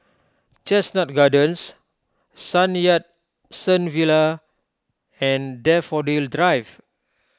Chestnut Gardens Sun Yat Sen Villa and Daffodil Drive